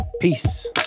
Peace